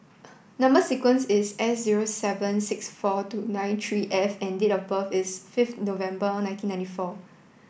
number sequence is S zero seven six four two nine three F and date of birth is fifth November nineteen ninety four